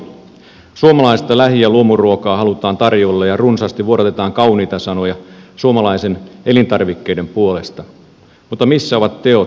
suomalaista lähi ja luomuruokaa halutaan tarjoilla ja runsaasti vuodatetaan kauniita sanoja suomalaisten elintarvikkeiden puolesta mutta missä ovat teot